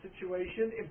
situation